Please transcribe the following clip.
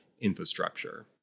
infrastructure